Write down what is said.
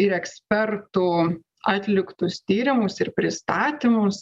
ir ekspertų atliktus tyrimus ir pristatymus